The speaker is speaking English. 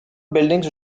buildings